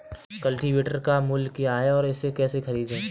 Cultivator का मूल्य क्या है और इसे कैसे खरीदें?